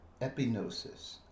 epinosis